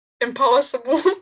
impossible